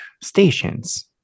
stations